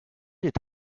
did